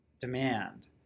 demand